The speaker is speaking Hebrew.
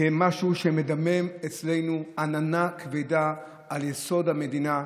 כמשהו שמדמם אצלנו, עננה כבדה על ייסוד המדינה,